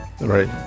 right